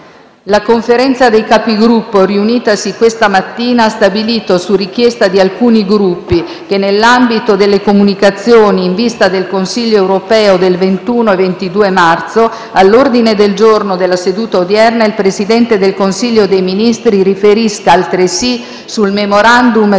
La Conferenza dei Capigruppo, riunitasi questa mattina, ha stabilito su richiesta di alcuni Gruppi che, nell'ambito delle comunicazioni in vista del Consiglio europeo del 21 e 22 marzo, all'ordine del giorno della seduta odierna, il Presidente del Consiglio dei ministri riferisca altresì sul *memorandum*